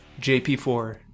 JP4